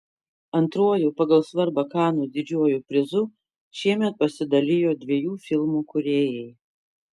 antruoju pagal svarbą kanų didžiuoju prizu šiemet pasidalijo dviejų filmų kūrėjai